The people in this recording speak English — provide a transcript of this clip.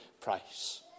price